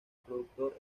productor